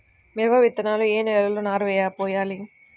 మిరప విత్తనాలు ఏ నెలలో నారు పోయాలి?